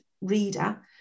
reader